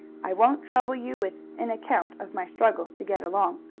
i won't trouble you with an account of my struggles to get along.